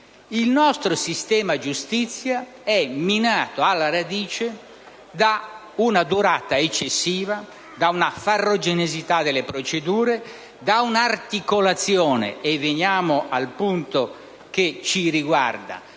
Il nostro sistema giustizia è minato alla radice da una durata eccessiva, da una farraginosità delle procedure, da una articolazione - e veniamo al punto che ci riguarda